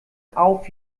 auf